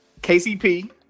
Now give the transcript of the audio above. KCP